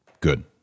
Good